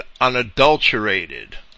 unadulterated